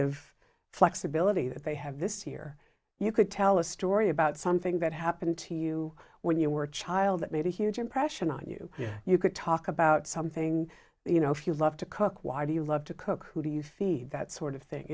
of flexibility that they have this year you could tell a story about something that happened to you when you were a child that made a huge impression on you you could talk about something you know if you love to cook why do you love to cook who do you feed that sort of thing